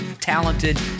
talented